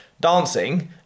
dancing